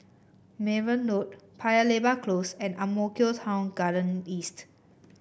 Mayne Road Paya Lebar Close and Ang Mo Kio Town Garden East